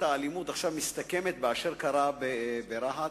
האלימות עכשיו מסתכמת במה שקרה ברהט.